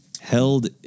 held